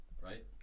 right